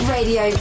Radio